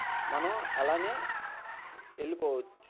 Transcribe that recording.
మనం అలాగే వెళ్ళిపోవచ్చు